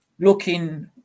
Looking